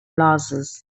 losses